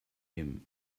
him